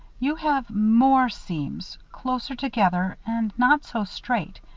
you have more seams, closer together and not so straight.